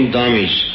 damage